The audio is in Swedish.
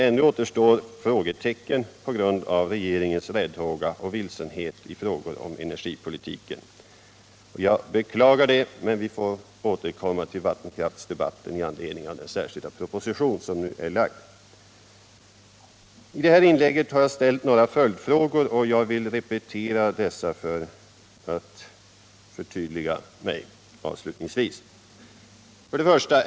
Ännu återstår frågetecken på grund av regeringens räddhåga och vilsenhet i energipolitiken. Jag beklagar det, men vi får återkomma till vattenkraftsdebatten i anledning av den särskilda proposition som nu är lagd. I mitt inlägg har jag ställt några följdfrågor. Jag vill avslutningsvis repetera dessa för att förtydliga mig: 1.